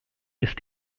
ist